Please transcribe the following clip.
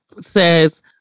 says